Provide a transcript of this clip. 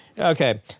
Okay